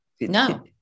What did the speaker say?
No